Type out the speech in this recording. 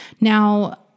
Now